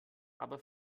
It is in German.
aber